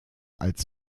als